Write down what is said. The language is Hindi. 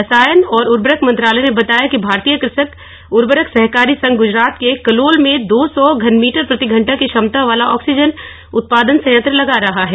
रसायन और उर्वरक मंत्रालय ने बताया कि भारतीय कृषक उर्वरक सहकारी संघ गुजरात के कलोल में दो सौ घनमीटर प्रतिघंटा की क्षमता वाला ऑक्सीजन उत्पादन संयंत्र लगा रहा है